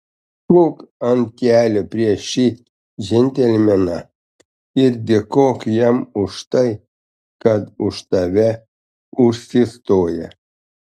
pulk ant kelių prieš šį džentelmeną ir dėkok jam už tai kad už tave užsistoja